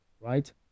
right